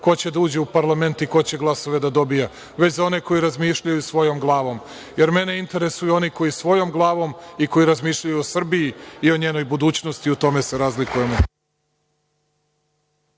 ko će da uđe u parlament i ko će glasove da dobija, već za one koji razmišljaju svojom glavom, jer mene interesuju oni koji svojom glavom razmišljaju i koji razmišljaju o Srbiji i o njenoj budućnosti, i u tome se razlikujemo.